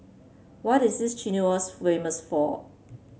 what is famous for